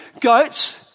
goats